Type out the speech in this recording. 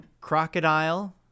crocodile